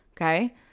Okay